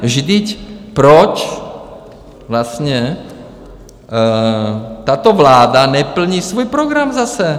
Vždyť proč vlastně tato vláda neplní svůj program zase?